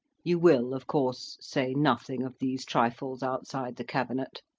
you will, of course, say nothing of these trifles outside the cabinet.